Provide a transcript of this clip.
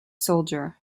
soldier